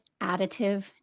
additive